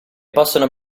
possono